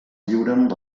lliuren